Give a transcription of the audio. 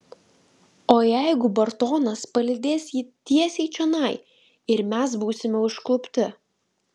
o jeigu bartonas palydės jį tiesiai čionai ir mes būsime užklupti